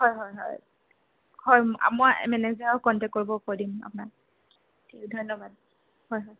হয় হয় হয় হয় মই মেনেজাৰক কনটেক্ট কৰিব দিম আপোনাক ঠিক ধন্যবাদ হয় হয়